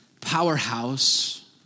powerhouse